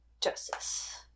justice